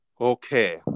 okay